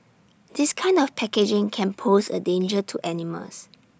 this kind of packaging can pose A danger to animals